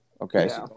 Okay